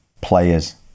players